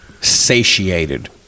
satiated